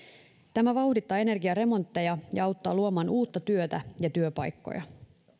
tämä vauhdittaa energiaremontteja ja auttaa luomaan uutta työtä ja työpaikkoja